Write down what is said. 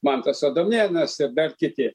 mantas adomėnas ir dar kiti